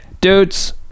dudes